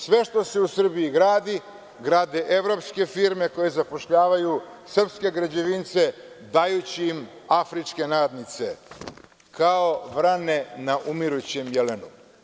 Sve što se u Srbiji gradi, grade evropske firme koje zapošljavaju srpske građevince, dajući im afričke nadnice, kao vrane umirućem jelenu.